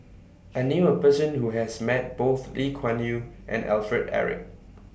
I knew A Person Who has Met Both Lee Kuan Yew and Alfred Eric